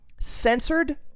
censored